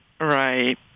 Right